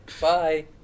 Bye